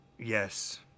Yes